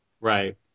Right